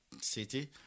city